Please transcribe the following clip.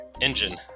Engine